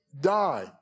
die